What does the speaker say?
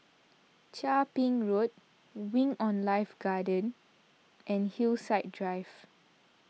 Chia Ping Road Wing on Life Garden and Hillside Drive